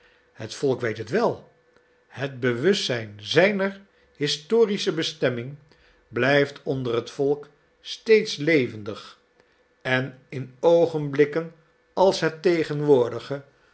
het volk weet het wel het bewustzijn zijner historische bestemming blijft onder het volk steeds levendig en in oogenblikken als het tegenwoordige